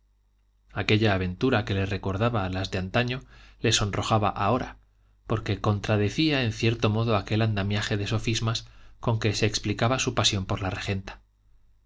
aquella aventura que le recordaba las de antaño le sonrojaba ahora porque contradecía en cierto modo aquel andamiaje de sofismas con que se explicaba su pasión por la regenta